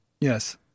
Yes